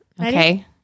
okay